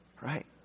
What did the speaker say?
Right